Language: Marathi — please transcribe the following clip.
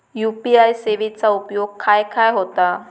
यू.पी.आय सेवेचा उपयोग खाय खाय होता?